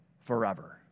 Forever